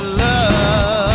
love